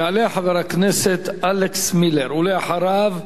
יעלה חבר הכנסת אלכס מילר, ואחריו,